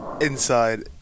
inside